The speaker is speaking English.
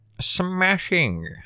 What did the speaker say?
Smashing